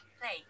Play